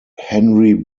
henry